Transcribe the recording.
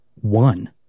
One